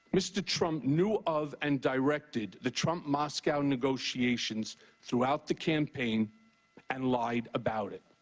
mr. trump knew of and directed the trump moscow negotiations throughout the campaign and lied about it.